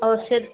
ಔಷಧ